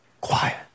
Quiet